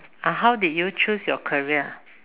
ah how did you choose your career